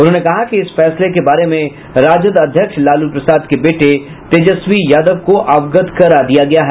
उन्होंने कहा कि इस फैसले के बारे में राजद अध्यक्ष लालू प्रसाद के बेटे तेजस्वी यादव को अवगत करा दिया गया है